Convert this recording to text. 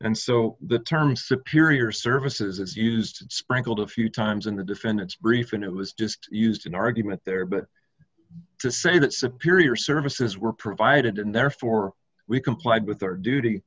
and so the term superior services is used sprinkled a few times in the defendant's brief and it was just used an argument there but to say that's a peer your services were provided and therefore we complied with their duty